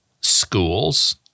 schools